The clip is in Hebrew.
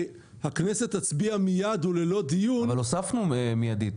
שהכנסת תצביע מיד וללא דיון -- אבל הוספנו במיידי.